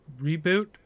reboot